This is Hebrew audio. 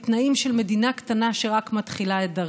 בתנאים של מדינה קטנה שרק מתחילה את דרכה.